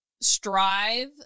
strive